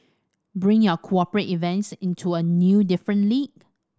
bring your cooperate events into a new different league